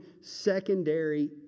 secondary